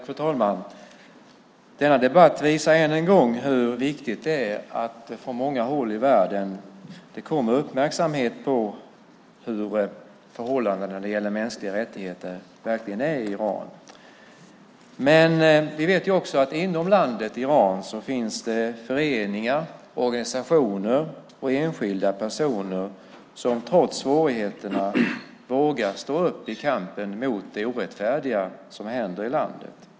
Fru talman! Denna debatt visar än en gång hur viktigt det är att på många håll i världen rikta uppmärksamhet på hur förhållandena när det gäller mänskliga rättigheter verkligen är i Iran. Men vi vet att det inom Iran finns föreningar, organisationer och enskilda personer som trots svårigheterna vågar stå upp i kampen mot det orättfärdiga som händer i landet.